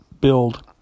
build